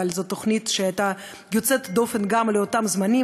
אבל זו תוכנית שהייתה יוצאת דופן גם לאותם זמנים,